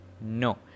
No